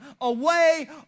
away